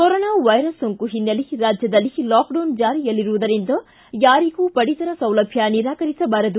corona virus ಸೋಂಕು ಹಿನ್ನೆಲೆ ರಾಜ್ಯದಲ್ಲಿ ಲಾಕ್ಡೌನ್ ಜಾರಿಯಲ್ಲಿರುವುದರಿಂದ ಯಾರಿಗೂ ಪಡಿತರ ಸೌಲಭ್ಯ ನಿರಾಕರಿಸಬಾರದು